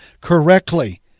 correctly